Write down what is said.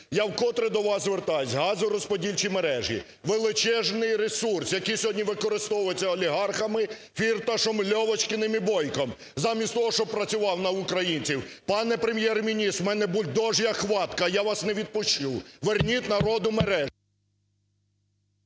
я вкотре до вас звертаюсь. Газорозподільчі мережі – величезний ресурс, який сьогодні використовується олігархами Фірташем, Льовочкіним і Бойком. Замість того, щоб працював на українців. Пане Прем'єр-міністр, в мене бульдожья хватка, я вас не відпущу. Верніть народу мережі…